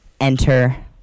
enter